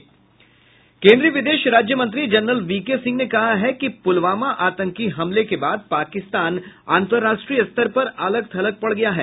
केन्द्रीय विदेश राज्य मंत्री जनरल वीके सिंह ने कहा है कि पुलवामा आतंकी हमले के बाद पाकिस्तान अंतर्राष्ट्रीय स्तर पर अलग थलग पड़ गया है